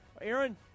Aaron